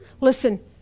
Listen